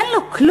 אין לו כלום.